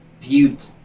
viewed